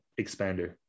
expander